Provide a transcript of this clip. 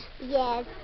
Yes